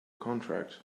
contract